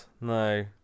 No